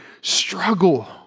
struggle